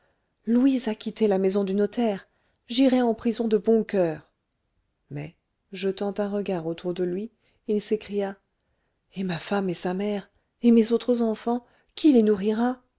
louise a quitté la maison du notaire j'irai en prison de bon coeur mais jetant un regard autour de lui il s'écria et ma femme et sa mère et mes autres enfants qui les nourrira